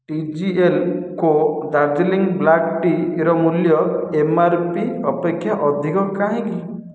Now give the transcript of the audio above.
ଟିଜିଏଲ୍କୋ Darjeeling black ଟିର ମୂଲ୍ୟ MRP ଅପେକ୍ଷା ଅଧିକ କାହିଁକି